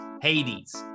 Hades